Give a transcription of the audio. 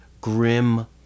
grim